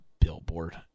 billboard